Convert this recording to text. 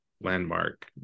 landmark